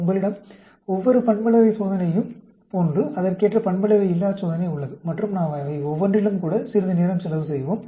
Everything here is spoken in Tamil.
உங்களிடம் ஒவ்வொரு பண்பளவை சோதனையையும் போன்று அதற்கேற்ற பண்பளவையில்லாச் சோதனை உள்ளது மற்றும் நாம் அவை ஒவ்வொன்றிலும்கூட சிறிது நேரம் செலவு செய்வோம்